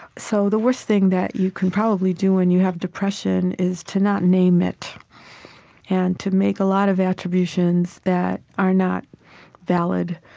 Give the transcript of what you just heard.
so the worst thing that you can probably do when you have depression is to not name it and to make a lot of attributions that are not valid,